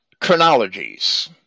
chronologies